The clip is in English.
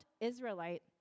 Israelite